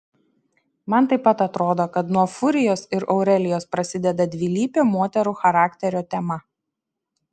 man taip pat atrodo kad nuo furijos ir aurelijos prasideda dvilypio moterų charakterio tema